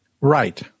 Right